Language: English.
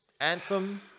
Anthem